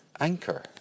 Anchor